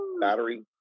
battery